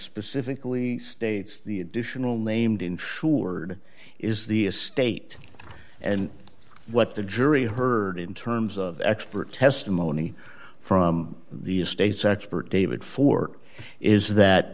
specifically states the additional named insured is the estate and what the jury heard in terms of expert testimony from the state's expert david four is that